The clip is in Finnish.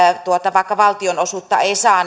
vaikka valtionosuutta ei saa